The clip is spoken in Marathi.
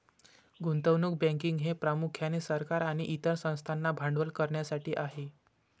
गुंतवणूक बँकिंग हे प्रामुख्याने सरकार आणि इतर संस्थांना भांडवल करण्यासाठी आहे